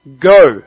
go